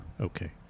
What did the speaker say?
Okay